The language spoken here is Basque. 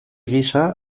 gisa